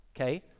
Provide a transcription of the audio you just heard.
okay